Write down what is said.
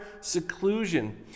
seclusion